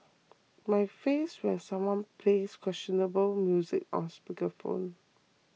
my face when someone plays questionable music on speaker phone